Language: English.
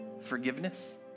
forgiveness